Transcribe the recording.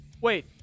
Wait